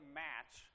match